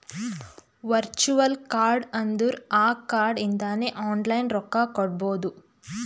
virtual card ಅಂದುರ್ ಆ card ಇಂದಾನೆ ಆನ್ಲೈನ್ ರೊಕ್ಕಾ ಕೊಡ್ಬೋದು